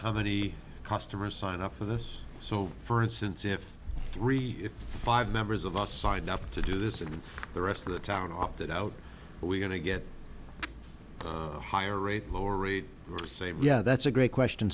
how many customers sign up for this so for instance if three if five members of us signed up to do this and the rest of the town opted out we're going to get higher rate lower rate say yeah that's a great question